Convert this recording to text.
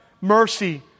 mercy